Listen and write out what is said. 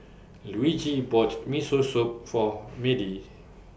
Luigi bought Miso Soup For Madie